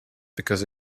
because